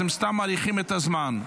אתם סתם מאריכים את הזמן.